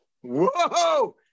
Whoa